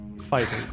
fighting